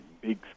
big